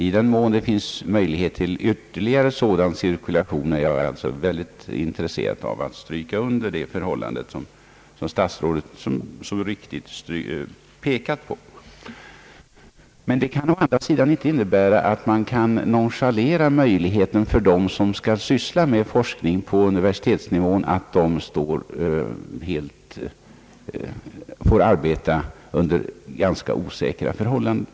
I den mån det finns möjlighet till ytterligare sådan cirkulation vill jag stryka under det påpekande som statsrådet Palme gjorde. Men detta får å andra sidan inte innebära att man kan nonchalera möjligheterna för dem som skall syssla med forskning på universitetsnivå, så att de tvingas arbeta under ganska osäkra förhållanden.